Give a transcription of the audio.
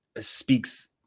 speaks